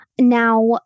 Now